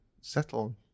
settle